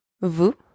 Vous